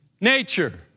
Nature